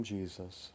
Jesus